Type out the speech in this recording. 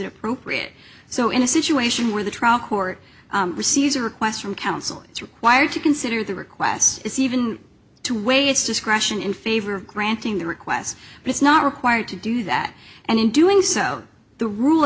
appropriate so in a situation where the trial court receives a request from counsel it's required to consider the request is even to weigh its discretion in favor of granting the request but it's not required to do that and in doing so the rule